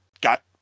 got